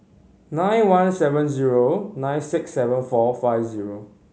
nine one seven zero nine six seven four five zero